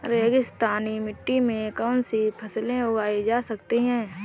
रेगिस्तानी मिट्टी में कौनसी फसलें उगाई जा सकती हैं?